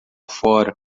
fora